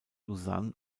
lausanne